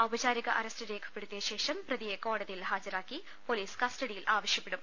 ഔപചാരിക arrest രേഖപ്പെടുത്തിയ ശേഷം പ്രതിയെ കോടതിയിൽ ഹാജ രാക്കി പോലീസ് കസ്റ്റഡിയിൽ ആശ്യപ്പെടും